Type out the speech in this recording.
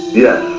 yes.